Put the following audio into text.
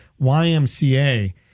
YMCA